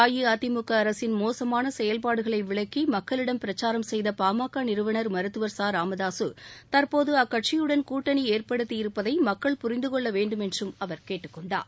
அஇஅதிமுக அரசின் மோசமான செயல்பாடுகளை விளக்கி மக்களிடம் பிரச்சாரம் செய்த பாமக நிறுவனர் மருத்துவர் ச ராமதாக தற்போது அக்கட்சியுடன் கூட்டணி ஏற்படுத்தியிருப்பதை மக்கள் புரிந்து கொள்ள வேண்டுமென்றும் அவர் கேட்டுக் கொண்டார்